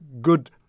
good